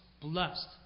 blessed